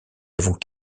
avons